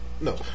no